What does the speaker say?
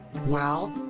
well.